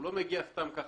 הוא לא מגיע סתם כך,